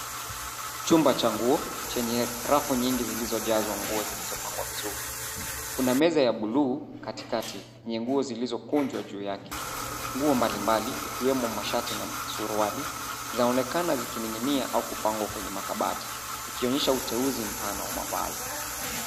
Chumba cha nguo chenye rafu nyingi zilizojazwa nguo zilizopangwa vizuri. Kuna meza ya buluu katikati yenye nguo zilizokunjwa juu yake. Nguo mbali mbali ikiwemo mashati na suruali zaonekana zikininginia au kupangwa kwenye makabati zikionyesha uteuzi mpana wa mavazi.